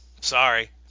Sorry